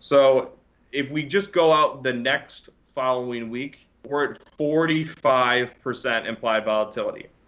so if we just go out the next following week, we're at forty five percent implied volatility.